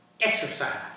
Exercise